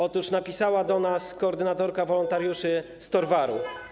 Otóż napisała do nas koordynatorka wolontariuszy z Torwaru.